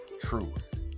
truth